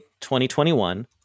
2021